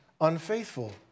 unfaithful